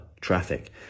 traffic